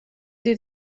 dir